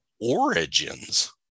origins